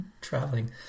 traveling